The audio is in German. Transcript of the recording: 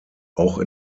auch